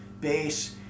bass